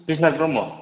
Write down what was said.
Birsad Brahma